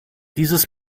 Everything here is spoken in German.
dieses